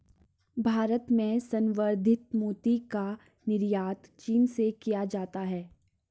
भारत में संवर्धित मोती का निर्यात चीन से किया जाता है